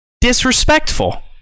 disrespectful